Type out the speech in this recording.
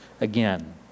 again